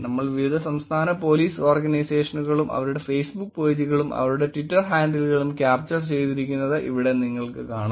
നമ്മൾ വിവിധ സംസ്ഥാന പോലീസ് ഓർഗനൈസേഷനുകളും അവരുടെ ഫേസ്ബുക്ക് പേജുകളും അവരുടെ ട്വിറ്റർ ഹാൻഡിലുകളും ക്യാപ്ചർ ചെയ്തിരിക്കുന്നത് ഇവിടെ നിങ്ങൾക്ക് കാണാം